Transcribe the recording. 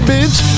Bitch